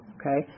okay